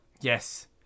Yes